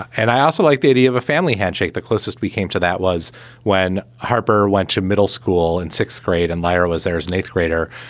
and i also like the idea of a family handshake. the closest we came to that was when harper went to a middle school in sixth grade and lyra was there as an eighth grader.